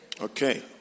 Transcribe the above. Okay